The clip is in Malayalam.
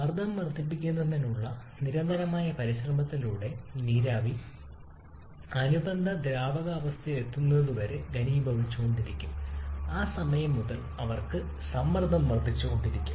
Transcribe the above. മർദ്ദം വർദ്ധിപ്പിക്കുന്നതിനുള്ള നിരന്തരമായ പരിശ്രമത്തിലൂടെ നീരാവി അനുബന്ധ പൂരിത ദ്രാവകാവസ്ഥയിൽ എത്തുന്നതുവരെ ഘനീഭവിച്ചുകൊണ്ടിരിക്കും ആ സമയം മുതൽ അവർക്ക് സമ്മർദ്ദം വർദ്ധിച്ചുകൊണ്ടിരിക്കും